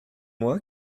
moi